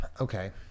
Okay